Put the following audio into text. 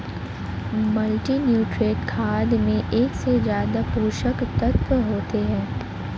multinutrient खाद में एक से ज्यादा पोषक तत्त्व होते है